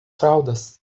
fraldas